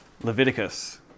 Leviticus